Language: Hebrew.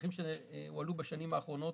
צרכים שהועלו בשנים האחרונות.